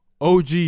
OG